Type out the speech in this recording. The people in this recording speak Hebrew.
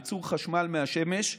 ייצור חשמל מהשמש,